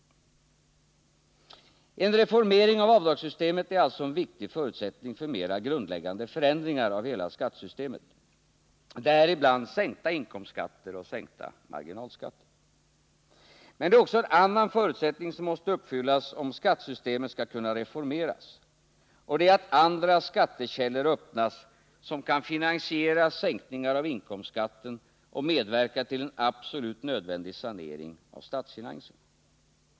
En reformering av avdragssystemet är alltså en viktig förutsättning för mera grundläggande förändringar av hela skattesystemet, däribland sänkta inkomstskatter och sänkta marginalskatter. Men det är också en annan förutsättning som måste uppfyllas om skattesystemet skall kunna reformeras, och det är att andra skattekällor öppnas som kan finansiera sänkningar av inkomstskatten och medverka till en absolut nödvändig sanering av statsfinanserna.